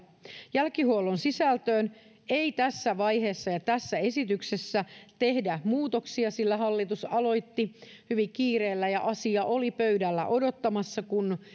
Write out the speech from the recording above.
jälkihuollon sisältöön ei tässä vaiheessa ja tässä esityksessä tehdä muutoksia sillä hallitus aloitti hyvin kiireellä ja asia oli pöydällä odottamassa kun